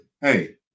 Hey